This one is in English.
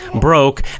broke